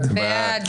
תבדקו במצלמות.